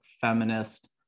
feminist